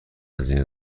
هزینه